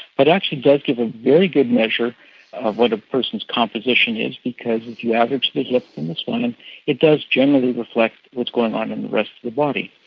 but actually does give a very good measure of what a person's composition is because if you average the hip and the spine it does generally reflect what's going on in the rest of the body.